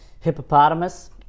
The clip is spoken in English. Hippopotamus